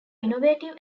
innovative